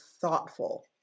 thoughtful